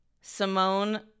Simone